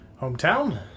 hometown